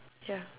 ya